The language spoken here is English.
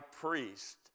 priest